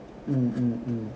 mm